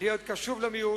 להיות קשוב למיעוט,